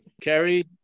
Kerry